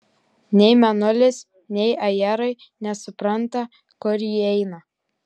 nei mėnulis nei ajerai nesupranta kur ji eina